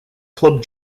club